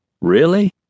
Really